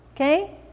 Okay